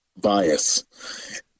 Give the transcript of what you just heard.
bias